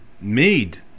made